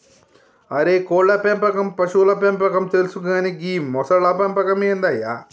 అరే కోళ్ళ పెంపకం పశువుల పెంపకం తెలుసు కానీ గీ మొసళ్ల పెంపకం ఏందయ్య